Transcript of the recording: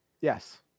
yes